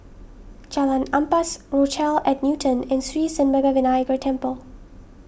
Jalan Ampas Rochelle at Newton and Sri Senpaga Vinayagar Temple